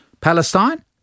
Palestine